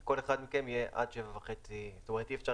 כל אחד מכם יהיה עד 7,500. אי אפשר